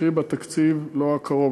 קרי בתקציב לא הקרוב,